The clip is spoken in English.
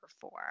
four